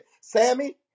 Sammy